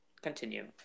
continue